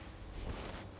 ah